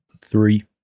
Three